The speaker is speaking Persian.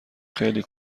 خیلی